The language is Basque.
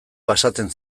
pasatzen